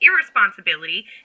irresponsibility